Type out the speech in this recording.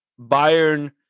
Bayern